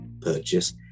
purchase